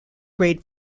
grade